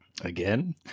again